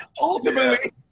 ultimately